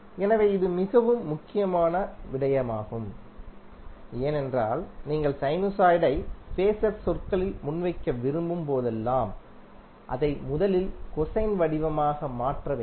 எனவே இதுவும் மிக முக்கியமான விடயமாகும் ஏனென்றால் நீங்கள் சைனுசாய்டை ஃபேஸர் சொற்களில் முன்வைக்க விரும்பும் போதெல்லாம் அதை முதலில் கொசைன் வடிவமாக மாற்ற வேண்டும்